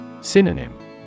Synonym